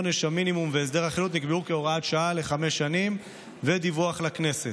עונש המינימום והסדרי החילוט נקבעו כהוראת שעה לחמש שנים ודיווח לכנסת.